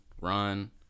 run